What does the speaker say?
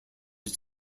its